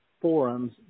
forums